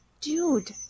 Dude